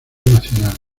nacional